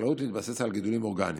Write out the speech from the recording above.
החקלאות תתבסס על גידולים אורגניים.